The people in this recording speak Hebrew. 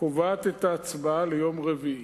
קובעת את ההצבעה ליום רביעי.